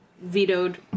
vetoed